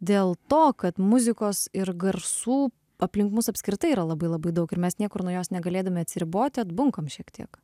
dėl to kad muzikos ir garsų aplink mus apskritai yra labai labai daug ir mes niekur nuo jos negalėdami atsiriboti atbunkam šiek tiek